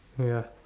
ya